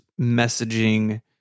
messaging